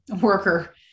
worker